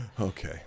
Okay